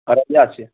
اورلہ سے